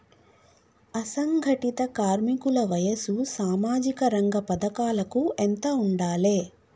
అసంఘటిత కార్మికుల వయసు సామాజిక రంగ పథకాలకు ఎంత ఉండాలే?